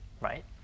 right